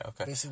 okay